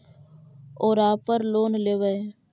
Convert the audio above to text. ओरापर लोन लेवै?